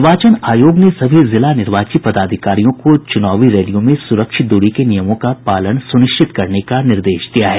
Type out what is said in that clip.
निर्वाचन आयोग ने सभी जिला निर्वाची पदाधिकारियों को चूनावी रैलियों में सुरक्षित दूरी के नियमों का पालन सुनिश्चित करने का निर्देश दिया है